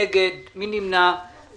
הצבעה פנייה מספר 8016 אושרה.